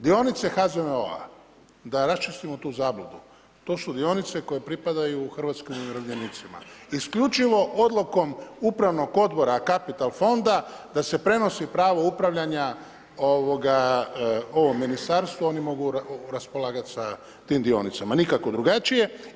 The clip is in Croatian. Dionice HZMO-a da raščistimo tu zabludu, to su dionice koje pripadaju hrvatskim umirovljenicima, isključivo odlukom upravnog odbora Capital fonda da se prenosi pravo upravljanja ovog ministarstva, oni mogu raspolagati sa tim dionicama, nikako drugačije.